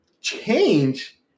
change